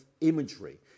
imagery